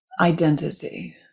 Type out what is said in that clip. identity